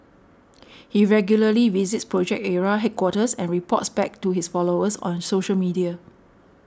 he regularly visits Project Ara headquarters and reports back to his followers on social media